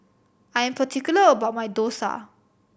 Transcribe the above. I am particular about my dosa